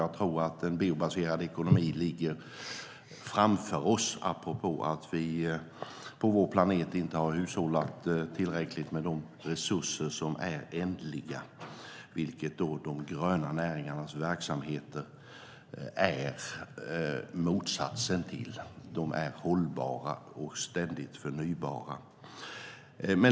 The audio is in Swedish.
Jag tror att den biobaserade ekonomin ligger framför oss, apropå att vi på vår planet inte har hushållat tillräckligt med de resurser som är ändliga, vilket de gröna näringarnas verksamhet är motsatsen till. De är hållbara och ständigt förnybara.